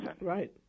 Right